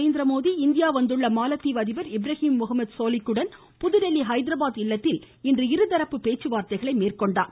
Narendra Modi India வந்துள்ள மாலத்தீவு அதிபர் இப்ராஹிம் முகமது சோலிக்குடன் புதுதில்லி ஹைதராபாத் இல்லத்தில் இன்று இருதரப்பு பேச்சுவார்த்தைகளை மேற்கொண்டார்